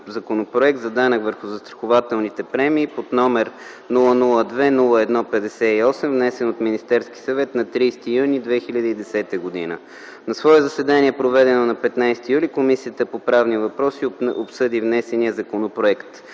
за данък върху застрахователните премии, № 002-01-58, внесен от Министерския съвет на 30 юни 2010 г. На свое заседание, проведено на 15 юли, Комисията по правни въпроси обсъди внесения законопроект.